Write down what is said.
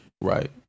right